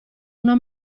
una